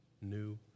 new